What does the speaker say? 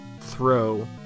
throw